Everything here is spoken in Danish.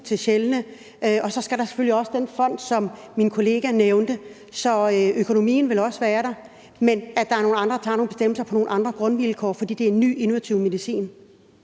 til sjældne diagnoser, og så skal der selvfølgelig også være den fond, som min kollega nævnte. Så økonomien vil også være der. Men det drejer sig om, at der er nogle andre, der tager nogle bestemmelser på nogle andre grundvilkår, fordi det er ny, innovativ medicin.